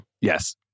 Yes